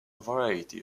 variety